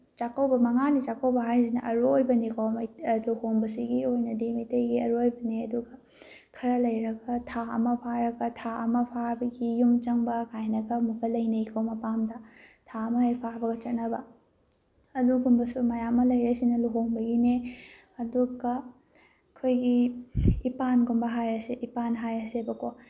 ꯆꯥꯛꯀꯧꯕ ꯃꯉꯥꯒꯤ ꯆꯥꯛꯀꯧꯕ ꯍꯥꯏꯁꯤꯅ ꯑꯔꯣꯏꯕꯅꯤꯀꯣ ꯂꯨꯍꯣꯡꯕꯁꯤꯒꯤ ꯑꯣꯏꯅꯗꯤ ꯃꯩꯇꯩꯒꯤ ꯑꯔꯣꯏꯕꯅꯤ ꯑꯗꯨꯒ ꯈꯔ ꯂꯩꯔꯒ ꯊꯥ ꯑꯃ ꯐꯥꯔꯒ ꯊꯥ ꯑꯃ ꯐꯥꯕꯒꯤ ꯌꯨꯝ ꯆꯪꯕ ꯀꯥꯏꯅꯒ ꯑꯃꯨꯛꯀ ꯂꯩꯅꯩꯀꯣ ꯃꯄꯥꯝꯗ ꯊꯥ ꯑꯃ ꯍꯦꯛ ꯐꯥꯕꯒ ꯆꯠꯅꯕ ꯑꯗꯨꯒꯨꯝꯕꯁꯨ ꯃꯌꯥꯝ ꯑꯃ ꯂꯩꯔꯦ ꯁꯤꯅ ꯂꯨꯍꯣꯡꯕꯒꯤꯅꯦ ꯑꯗꯨꯒ ꯑꯩꯈꯣꯏꯒꯤ ꯏꯄꯥꯟꯒꯨꯝꯕ ꯍꯥꯏꯔꯁꯤ ꯏꯄꯥꯟ ꯍꯥꯏꯔꯁꯦꯕꯀꯣ